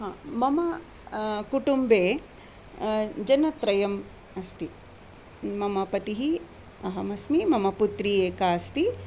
हा मम कुटुम्बे जनत्रयम् अस्ति मम पतिः अहमस्मि मम पुत्री एका अस्ति